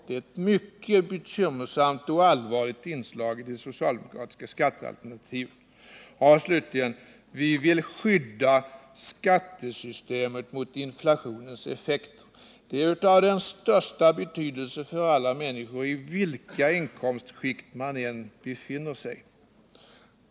Det är ett mycket bekymmersamt och allvarligt inslag i det socialdemokratiska skattealternativet. Slutligen: Vi vill skydda skattesystemet mot inflationens effekter. Det är av den största betydelse för alla människor, vilka inkomstskikt man än befinner sig i.